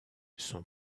son